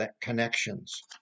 connections